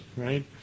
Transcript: Right